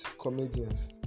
comedians